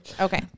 Okay